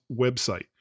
website